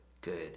good